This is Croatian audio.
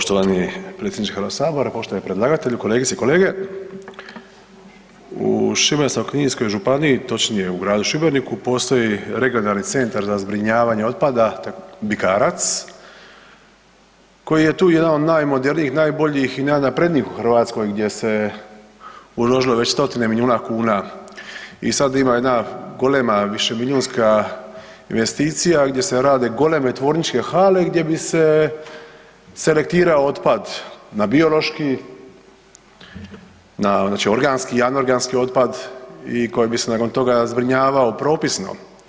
Poštovani predsjedniče Hrvatskog sabora, poštovani predlagatelju, kolegice i kolege, u Šibensko-kninskoj županiji točnije u gradu Šibeniku postoji Regionalni centar za zbrinjavanje otpada Bikarac koji je tu jedan od najmodernijih, najboljih i najnaprednijih u Hrvatskoj gdje se uložilo već stotine miliona kuna i sad ima jedna golema višemilijunska investicija gdje se rade goleme tvorničke hale gdje bi se selektirao otpad na biološki, na organski i anorganski otpad i koji bi se nakon toga zbrinjavao propisno.